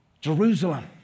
Jerusalem